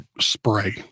spray